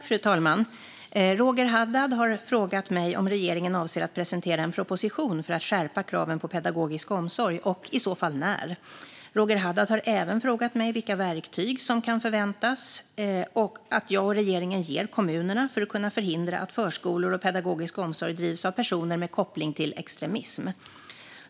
Fru talman! Roger Haddad har frågat mig om regeringen avser att presentera en proposition för att skärpa kraven för pedagogisk omsorg och i så fall när. Roger Haddad har även frågat mig vilka verktyg som kan förväntas att jag och regeringen ger kommunerna för att kunna förhindra att förskolor och pedagogisk omsorg drivs av personer med koppling till extremism.